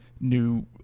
new